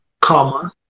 comma